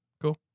Cool